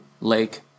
Lake